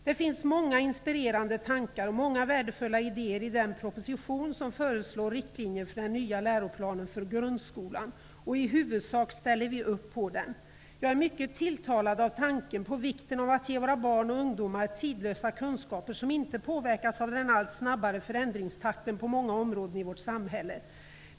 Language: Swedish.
Det finns många inspirerande tankar och många värdefulla idéer i den proposition där riktlinjer föreslås för den nya läroplanen för grundskolan. Vi ställer i huvudsak upp bakom den. Jag är mycket tilltalad av tanken på att det är viktigt att ge våra barn och ungdomar ''tidlösa'' kunskaper, som inte påverkas av den allt snabbare förändringstakten på många områden i vårt samhälle.